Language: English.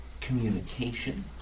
Communication